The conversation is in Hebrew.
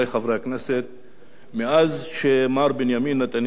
מאז נטל לידיו מר בנימין נתניהו את המושכות,